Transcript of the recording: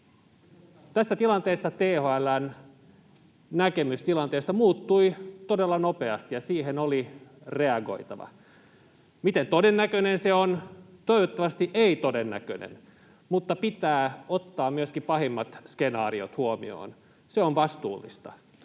Tässä tilanteessa THL:n näkemys tilanteesta muuttui todella nopeasti ja siihen oli reagoitava. Miten todennäköinen se on? Toivottavasti ei todennäköinen, mutta pitää ottaa myöskin pahimmat skenaariot huomioon. Se on vastuullista.